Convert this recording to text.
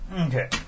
Okay